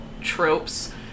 tropes